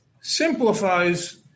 simplifies